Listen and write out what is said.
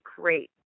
great